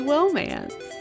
Romance